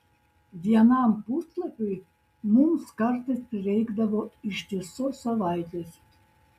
vienam puslapiui mums kartais prireikdavo ištisos savaitės